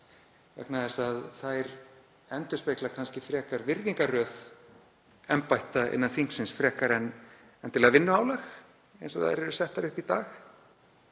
vegna þess að þær endurspegla kannski frekar virðingarröð embætta innan þingsins en endilega vinnuálag eins og þær eru settar upp í dag.